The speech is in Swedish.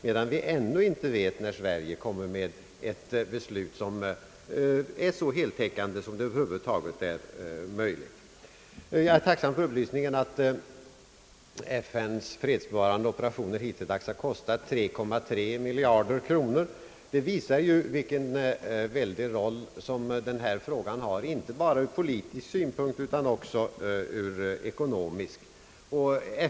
Men vi vet ännu inte när Sverige kommer med ett beslut som är så heltäckande som över huvud taget är möjligt. Jag är tacksam för upplysningen att FN:s fredsbevarande operationer hittilldags kostat 3,3 miljarder kronor. Det visar vilken väldig roll som denna fråga har, inte bara ur politisk synpunkt utan även ur ekonomisk.